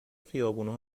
خیابونها